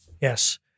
Yes